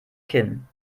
kinn